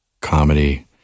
comedy